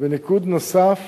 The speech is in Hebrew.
וניקוד נוסף